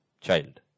child